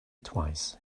twice